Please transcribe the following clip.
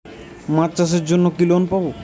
মাছ চাষের জন্য কি লোন পাব?